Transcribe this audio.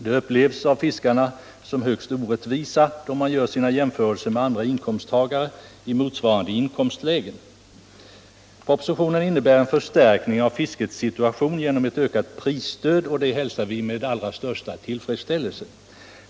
De upplevs av fiskarna som högst orättvisa då man gör jämförelser med andra inkomsttagare i motsvarande inkomstläge. Propositionen innebär en förstärkning av fiskets situation genom ett ökat prisstöd, och det hälsar vi med allra största tillfredsställelse.